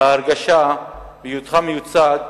וההרגשה של היותך מיוצג,